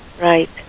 Right